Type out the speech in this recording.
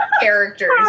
characters